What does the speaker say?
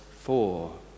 four